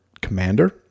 commander